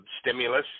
stimulus